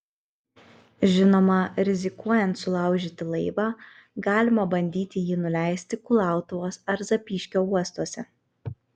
žinoma rizikuojant sulaužyti laivą galima bandyti jį nuleisti kulautuvos ar zapyškio uostuose